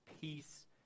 peace